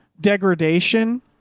degradation